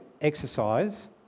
exercise